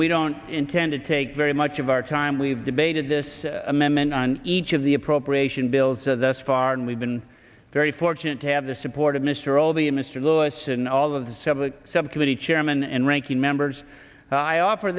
we don't intend to take very much of our time we've debated this amendment on each of the appropriation bills so thus far and we've been very fortunate to have the support of mr all the mr lewis and all of the several subcommittee chairman and ranking members i offer